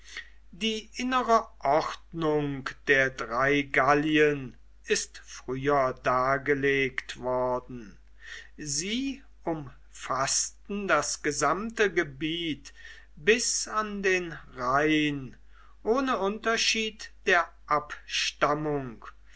die innere ordnung der drei gallien ist früher dargelegt worden sie umfaßten das gesamte gebiet bis an den rhein ohne unterschied der abstammung